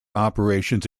operations